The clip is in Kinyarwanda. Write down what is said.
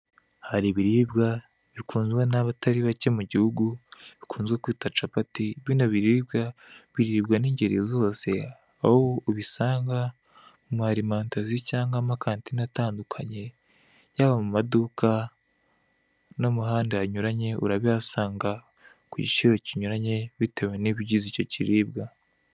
Hari ibiribwa bikunzwe n'abatari bake mu gihugu, bikunzwe kwitwa capati. Bino biribwa biribwa n'ingeri zose, aho ubisanga muma arimantasiyo cyangwa ama kantine atandukanye, yaba mu maduka nom'ahandi hanyuranye urabihasanga kugiciro kinyuranye bitewe n'ibigize icyo kiribwa.